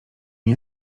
nie